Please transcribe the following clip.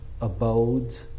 abodes